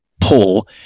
pull